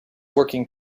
working